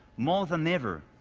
more than ever,